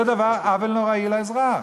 זה עוול נורא לאזרח.